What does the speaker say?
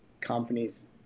companies